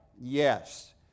Yes